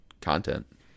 content